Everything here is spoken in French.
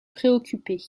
préoccuper